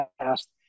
past